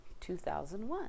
2001